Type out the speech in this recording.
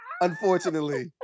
unfortunately